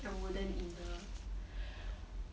I wouldn't either